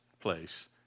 place